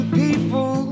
people